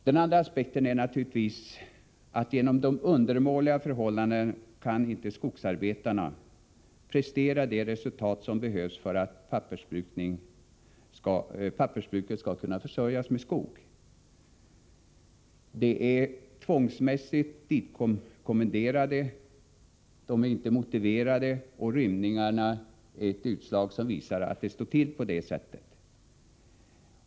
Den andra aspekten är naturligtvis att skogsarbetarna på grund av de undermåliga förhållandena inte kan prestera de resultat som behövs för att pappersbruket skall kunna försörjas med skogsråvara. De är tvångsmässigt ditkommenderade, de är inte motiverade. Rymningarna är ett utslag av att det verkligen står till på det sättet.